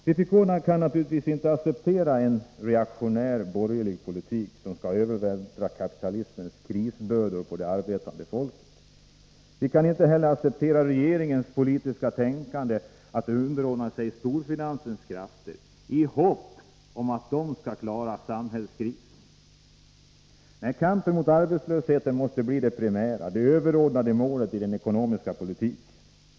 Vpk kan naturligtvis inte acceptera en reaktionär borgerlig politik som skall övervältra kapitalismens krisbördor på det arbetande folket. Vi kan inte heller acceptera regeringens politiska tänkande att underordna sig storfinansens krafter, i hopp om att de skall klara samhällskrisen. Nej, kampen mot arbetslösheten måste bli det primära, det överordnade målet i den ekonomiska politiken.